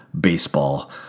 baseball